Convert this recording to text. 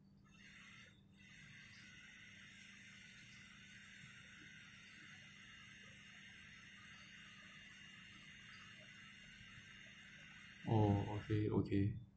oh okay okay